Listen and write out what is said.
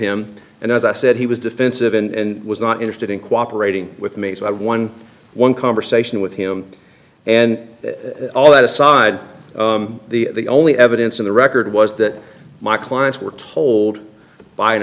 him and as i said he was defensive and was not interested in cooperate with me so i won one conversation with him and all that aside the only evidence on the record was that my clients were told by an